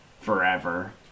forever